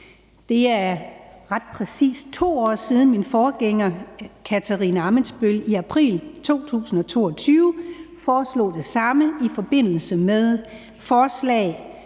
Det er ret præcis 2 år siden, min forgænger Katarina Ammitzbøll i april 2022 foreslog det samme i forbindelse med forslag